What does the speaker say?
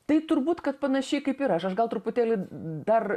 tai turbūt kad panašiai kaip ir aš aš gal truputėlį dar